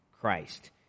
Christ